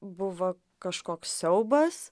buvo kažkoks siaubas